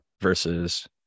versus